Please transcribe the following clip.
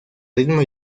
ritmo